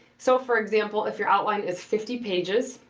so for example, if your outline is fifty pages,